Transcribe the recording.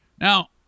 Now